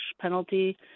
penalty